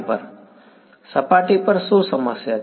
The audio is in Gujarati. સપાટી પર સપાટી પર શું સમસ્યા છે